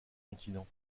continent